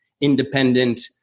independent